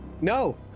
No